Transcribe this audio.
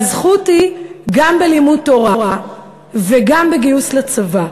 והזכות היא גם בלימוד תורה וגם בגיוס לצבא.